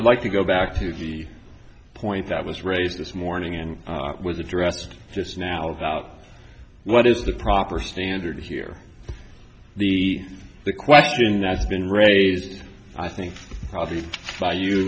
i'd like to go back to the point that was raised this morning and it was addressed just now about what is the proper standard here the the question that's been raised i think probably by you